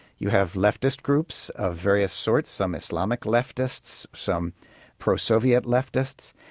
you have leftist groups of various sorts, some islamic leftists, some pro-soviet leftists,